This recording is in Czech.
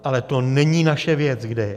Ale to není naše věc, kde je.